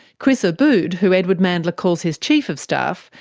chris abood, who edward mandla calls his chief of staff,